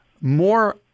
more